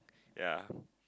ya